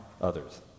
others